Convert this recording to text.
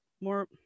more